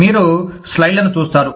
మీరు స్లైడ్లను చూస్తారు